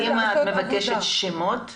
אם את מבקשת שמות,